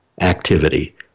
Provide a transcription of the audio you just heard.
activity